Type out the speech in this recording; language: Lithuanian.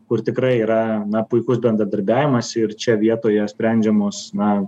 kur tikrai yra na puikus bendradarbiavimas ir čia vietoje sprendžiamos na